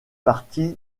partie